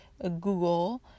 Google